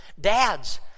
Dads